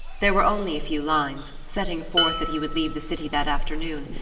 there were only a few lines, setting forth that he would leave the city that afternoon,